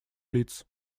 лиц